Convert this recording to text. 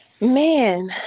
Man